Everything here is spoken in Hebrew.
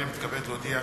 אני מתכבד להודיע,